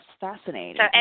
fascinating